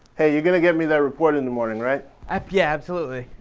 hey, you're going to get me that report in the morning, right? yeah, absolutely.